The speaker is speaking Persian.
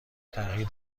تغییر